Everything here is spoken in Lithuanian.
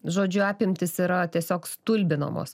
žodžiu apimtys yra tiesiog stulbinamos